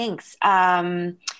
thanks